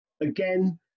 again